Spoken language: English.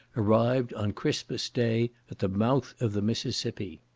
arrived on christmas-day at the mouth of the mississippi.